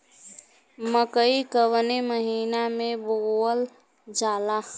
मकई कवने महीना में बोवल जाला?